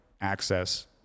access